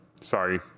sorry